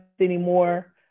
anymore